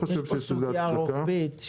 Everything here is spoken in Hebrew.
יש פה סוגיה רוחבית,